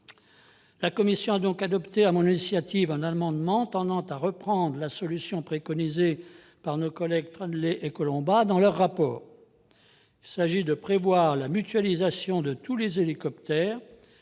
la commission a adopté, sur mon initiative, un amendement tendant à reprendre la solution préconisée par Catherine Troendlé et Pierre-Yves Collombat dans leur rapport. Il s'agit de prévoir la mutualisation de tous les hélicoptères